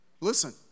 Listen